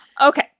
Okay